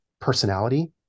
personality